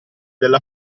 della